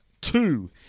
two